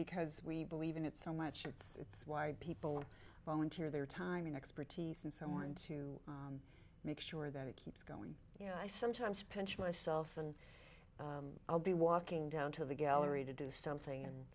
because we believe in it so much it's why people volunteer their time and expertise and someone to make sure that it keeps going you know i sometimes pinch myself and i'll be walking down to the gallery to do something and